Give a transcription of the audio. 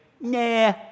nah